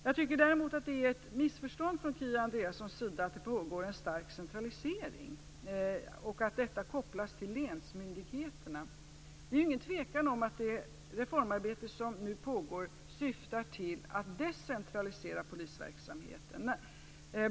Jag tycker däremot att det är ett missförstånd från Kia Andreassons sida när hon säger att det pågår en stark centralisering och att detta kopplas till länsmyndigheterna. Det är ingen tvekan om att det reformarbete som nu pågår syftar till att decentralisera polisverksamheten.